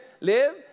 Live